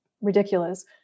ridiculous